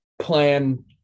plan